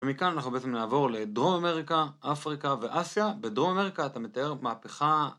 ומכאן אנחנו בעצם נעבור לדרום אמריקה, אפריקה ואסיה, בדרום אמריקה אתה מתאר מהפכה